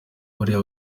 buriya